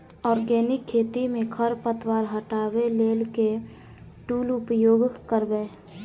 Organic खेती मे खरपतवार हटाबै लेल केँ टूल उपयोग करबै?